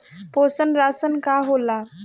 पोषण राशन का होला?